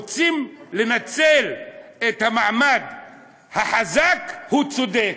רוצים לנצל את המעמד החזק, הוא צודק.